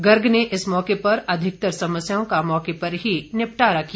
गर्ग ने इस मौके पर अधिकतर समस्याओं का मौके पर ही निपटारा किया